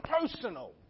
personal